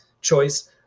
choice